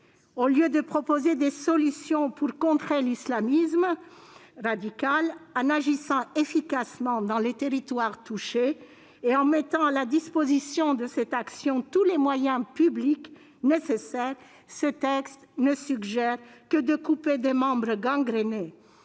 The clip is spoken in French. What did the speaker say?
Au lieu de proposer des solutions pour contrer l'islamisme radical en agissant efficacement dans les territoires touchés et en mettant à la disposition de cette action tous les moyens publics nécessaires, ce texte ne suggère que de couper des membres gangrénés.